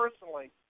personally